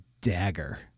dagger